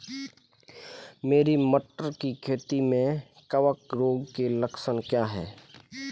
मेरी मटर की खेती में कवक रोग के लक्षण क्या हैं?